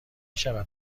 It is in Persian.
شود